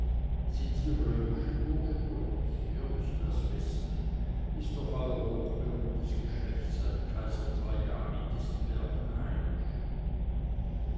sind sie römischen ursprungs ihr müßt das wissen ist doch euer hochberühmtes geschlecht seit kaiser trajan in diesen bergen heimisch